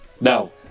No